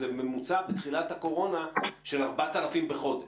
בתחילת הקורונה הממוצע היה 4,000 בחודש.